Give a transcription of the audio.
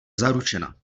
zaručena